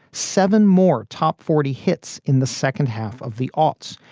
seven more top forty hits in the second half of the aughts,